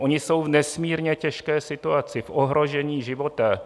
Oni jsou v nesmírně těžké situaci, v ohrožení života.